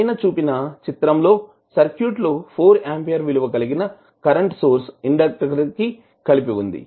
పైన చూపిన చిత్రం లో సర్క్యూట్ లో 4 అంపియర్ విలువ కలిగిన కరెంట్ సోర్స్ ఇండెక్టర్ కి కలిపివుంది